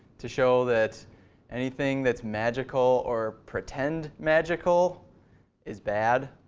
to show that anything that's magical or pretend magical is bad,